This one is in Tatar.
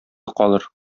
калыр